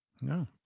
No